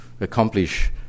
accomplish